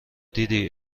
دیدی